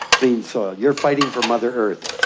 clean soil. you're fighting for mother earth.